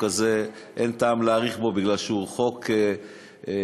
אין טעם להאריך בחוק הזה כי הוא,